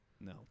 No